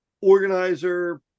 organizer